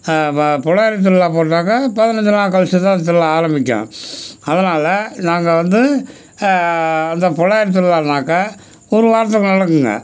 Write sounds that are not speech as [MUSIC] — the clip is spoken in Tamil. ப [UNINTELLIGIBLE] திருவிழா போட்டாக்கா பதினஞ்சு நாள் கழிச்சு தான் திருவிழா ஆரம்பிக்கும் அதனால் நாங்கள் வந்து அந்த [UNINTELLIGIBLE] திருவிழானாக்க ஒரு வாரத்துக்கு நடக்குங்க